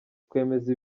twemeza